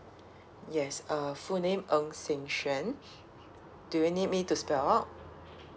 yes uh full name ng shing xuan do you need me to spell out